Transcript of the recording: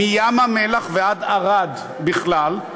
מים-המלח ועד ערד בכלל,